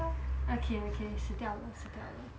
okay okay 死掉了死掉了